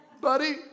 buddy